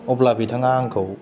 अब्ला बिथाङा आंखौ